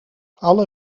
alle